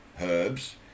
herbs